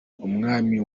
umwami